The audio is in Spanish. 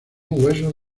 huesos